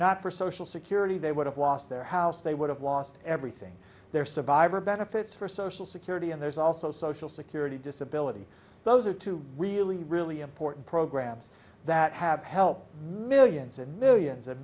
not for social security they would have lost their house they would have lost everything there survivor benefits for social security and there's also social security disability those are two really really important programs that have helped millions and millions and